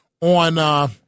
on